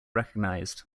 recognized